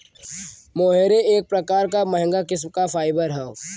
मोहेर एक प्रकार क महंगा किस्म क फाइबर हौ